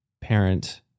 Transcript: parent